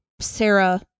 Sarah